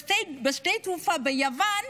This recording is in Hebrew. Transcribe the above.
בשדה התעופה ביוון